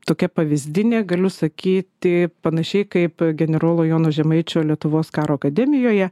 tokia pavyzdinė galiu sakyti panašiai kaip generolo jono žemaičio lietuvos karo akademijoje